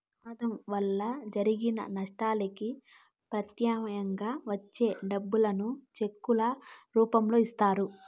ప్రమాదం వలన జరిగిన నష్టానికి ప్రత్యామ్నాయంగా ఇచ్చే డబ్బులను చెక్కుల రూపంలో ఇత్తారు